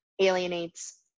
alienates